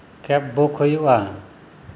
cab ᱵᱩᱠ ᱦᱩᱭᱩᱜᱼᱟ